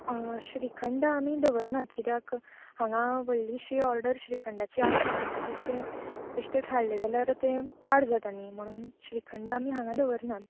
आं श्रीखंड आमी दवरनात कित्याक हांगा व्हडलीशी ऑर्डर श्रीखंडाची आसना म्हणटकीच तें बेश्टेंच हाडलें जाल्यार तें पाड जाता न्ही म्हणून श्रीखंड आमी हांगा दवरनात